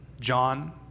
John